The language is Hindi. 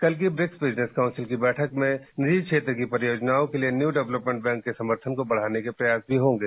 कल की ब्रिक्स बिजनेस काउंसिल की बैठक में निजी क्षेत्र की परियोजनाओं के लिए न्यू डेवलपमेंट बैंक के समर्थन को बढ़ाने के प्रयास भी होंगे